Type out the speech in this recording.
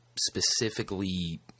specifically